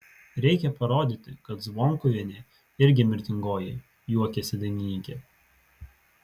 reikia parodyti kad zvonkuvienė irgi mirtingoji juokėsi dainininkė